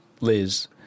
Liz